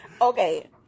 Okay